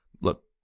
look